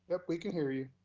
we can hear you.